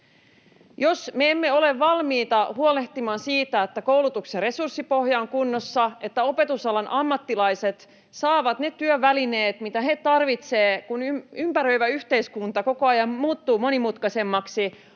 Jos me emme ole valmiita huolehtimaan siitä, että koulutuksen resurssipohja on kunnossa, että opetusalan ammattilaiset saavat ne työvälineet, mitkä he tarvitsevat, kun ympäröivä yhteiskunta koko ajan muuttuu monimutkaisemmaksi